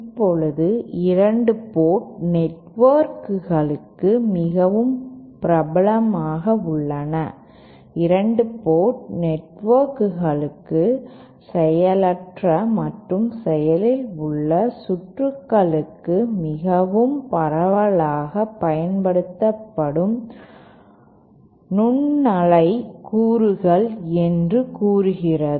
இப்போது 2 போர்ட் நெட்வொர்க்குகள் மிகவும் பிரபலமாக உள்ளன 2 போர்ட் நெட்வொர்க்குகள் செயலற்ற மற்றும் செயலில் உள்ள சுற்றுகளுக்கு மிகவும் பரவலாக பயன்படுத்தப்படும் நுண்ணலை கூறுகள் என்று கூறுகிறது